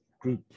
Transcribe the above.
group